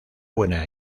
buena